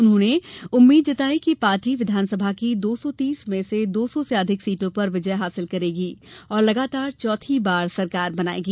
उन्होंने उम्मीद जतायी कि पार्टी विधानसभा की दो सौ तीस में से दो सौ से अधिक सीटों पर विजय हासिल करेगी और लगातार चौथी बार सरकार बनाएगी